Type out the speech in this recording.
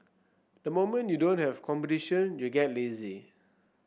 the moment you don't have competition you get lazy